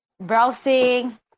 browsing